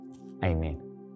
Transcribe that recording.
Amen